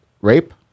rape